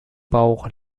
bauch